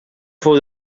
fou